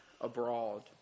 abroad